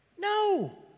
No